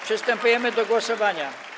Przystępujemy do głosowania.